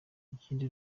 ikindi